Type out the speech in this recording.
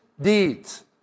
deeds